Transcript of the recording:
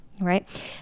right